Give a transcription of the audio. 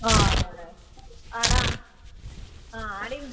ആ അതെ അല്ലെ ആട ആ ആടെയും